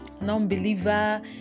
non-believer